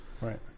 Right